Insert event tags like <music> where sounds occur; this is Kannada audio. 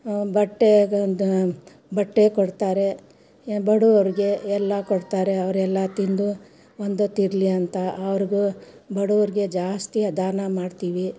ಬಟ್ಟೆ <unintelligible> ಬಟ್ಟೆ ಕೊಡ್ತಾರೆ ಬಡವ್ರಿಗೆ ಎಲ್ಲ ಕೊಡ್ತಾರೆ ಅವರೆಲ್ಲ ತಿಂದು ಒಂದೊತ್ತಿರಲಿ ಅಂತ ಅವ್ರಿಗು ಬಡವ್ರಿಗೆ ಜಾಸ್ತಿ ದಾನ ಮಾಡ್ತೀವಿ